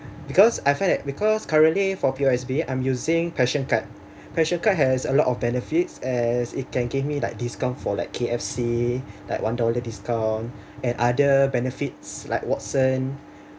because I feel that because currently for P_O_S_B I'm using passion card passion card has a lot of benefits as it can give me like discount for like K_F_C like one dollar discounts and other benefits like Watson